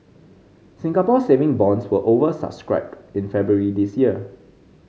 Singapore Saving Bonds were over subscribed in February this year